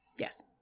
Yes